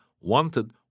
wanted